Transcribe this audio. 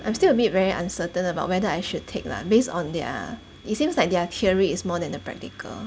I'm still a bit very uncertain about whether I should take lah based on their it seems like their theory is more than the practical